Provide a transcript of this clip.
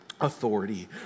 authority